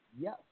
Yes